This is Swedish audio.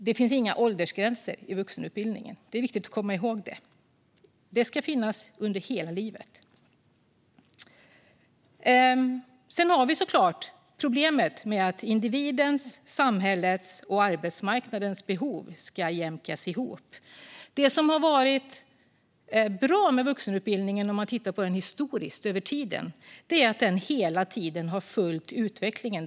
Det finns inga åldersgränser i vuxenutbildningen; det är viktigt att komma ihåg. Det ska finnas under hela livet. Att individens, samhällets och arbetsmarknadens behov ska jämkas ihop kan vara ett problem. Det som har varit bra med vuxenutbildningen historiskt är att den hela tiden har följt utvecklingen.